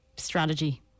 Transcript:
strategy